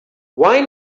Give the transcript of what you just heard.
why